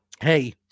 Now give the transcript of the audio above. hey